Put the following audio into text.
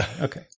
Okay